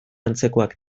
antzekoak